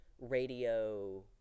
radio –